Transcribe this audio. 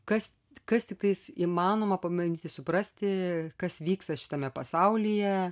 kas kas tiktais įmanoma pamėginti suprasti kas vyksta šitame pasaulyje